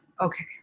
okay